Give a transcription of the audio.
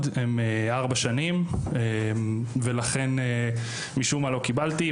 הם 4 שנים ולכן משום מה לא קיבלתי.